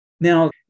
Now